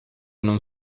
non